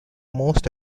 most